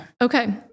Okay